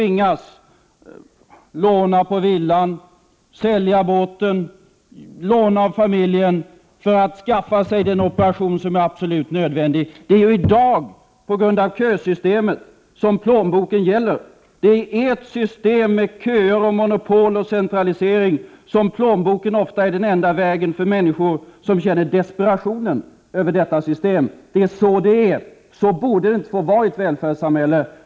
1988/89:59 | sälja båten eller låna av familjen för att skaffa sig den operation som är 1februari 1989 absolut nödvändig. Det är ju i dag som plånboken gäller, på grund av | systemet! Det är i ert system med köer, monopol och centralisering som plånboken ofta är den enda utvägen för människor som känner desperation. Det är så det är, men så borde det inte få vara i ett välfärdssamhälle.